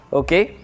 okay